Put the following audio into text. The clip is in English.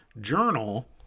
journal